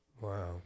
Wow